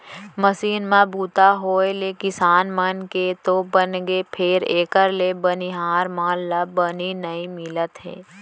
machine म बूता होय ले किसान मन के तो बनगे फेर एकर ले बनिहार मन ला बनी नइ मिलत हे